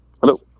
Hello